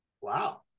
Wow